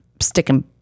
sticking